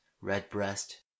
red-breast